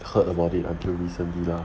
heard about it until recently lah